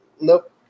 Nope